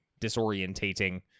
disorientating